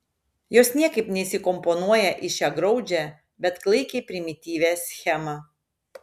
jos niekaip neįsikomponuoja į šią graudžią bet klaikiai primityvią schemą